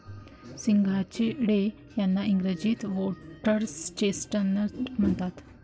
सिंघाडे यांना इंग्रजीत व्होटर्स चेस्टनट म्हणतात